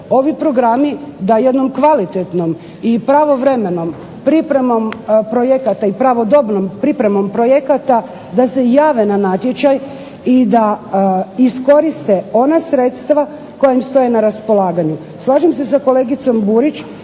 ovi programi da jednom kvalitetnom i pravovremenom pripremom projekata i pravodobnom pripremom projekata da se jave na natječaj i da iskoriste ona sredstva koja im stoje na raspolaganju. Slažem se sa kolegicom Burić